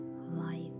light